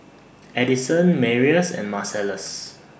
Addyson Marius and Marcellus